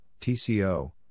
TCO